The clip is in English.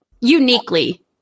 uniquely